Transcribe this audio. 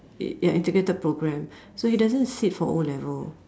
it ya integrated program so he doesn't sit for O-level